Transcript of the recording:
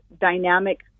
dynamic